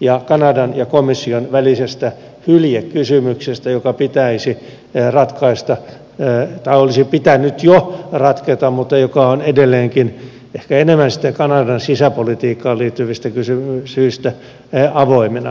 ja kanadan ja komission välisestä hyljekysymyksestä joka pitäisi ratkaista tai jonka olisi pitänyt jo ratketa mutta joka on edelleenkin ehkä enemmän sitten kanadan sisäpolitiikkaan liittyvistä syistä avoimena